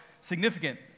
significant